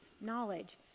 knowledge